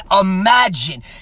imagine